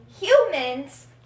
humans